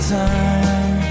time